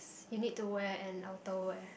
you need to wear an outer wear